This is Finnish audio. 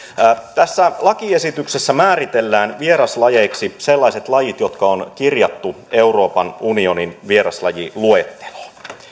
tässä lakiesityksessä määritellään vieraslajeiksi sellaiset lajit jotka on kirjattu euroopan unionin vieraslajiluetteloon